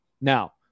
Now